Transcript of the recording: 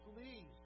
please